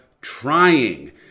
trying